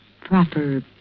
Proper